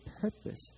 purpose